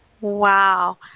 Wow